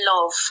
love